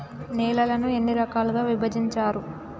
నేలలను ఎన్ని రకాలుగా విభజించారు?